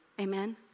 Amen